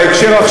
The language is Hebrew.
בהקשר,